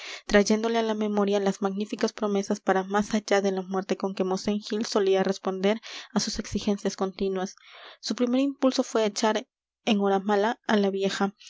trayéndole á la memoria las magníficas promesas para más allá de la muerte con que mosén gil solía responder á sus exigencias continuas su primer impulso fué echar enhoramala á la vieja